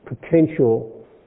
potential